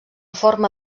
forma